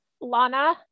lana